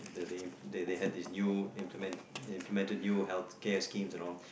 the they the they had this new implement they implemented new healthcare schemes and all